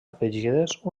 afegides